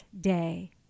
day